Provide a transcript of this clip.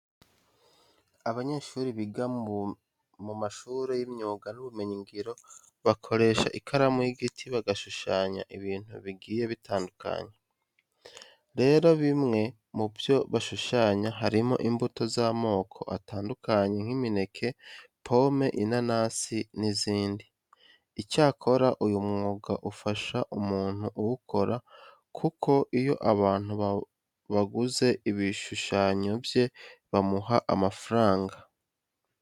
Abanyeshuri biga mu mashuri y'imyuga n'ubumenyingiro bakoresha ikaramu y'igiti bagashushanya ibintu bigiye bitandukanye. Rero bimwe mu byo bashushanya harimo imbuto z'amoko atandukanye nk'imineke, pome, inanasi n'izindi. Icyakora uyu mwuga ufasha umuntu uwukora kuko iyo abantu baguze ibishushanyo bye bamuha amafaranga.